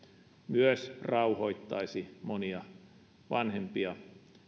myös rauhoittaisi monia vanhempia